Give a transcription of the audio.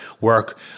work